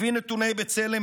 לפי נתוני בצלם,